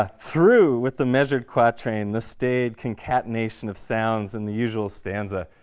ah through with the measured quatrain, the staid concatenation of sounds in the usual stanza,